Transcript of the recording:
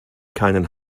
keinen